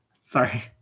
Sorry